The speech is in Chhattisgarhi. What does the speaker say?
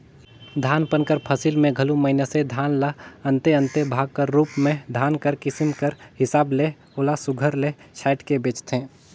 धान पान कर फसिल में घलो मइनसे धान ल अन्ते अन्ते भाग कर रूप में धान कर किसिम कर हिसाब ले ओला सुग्घर ले छांएट के बेंचथें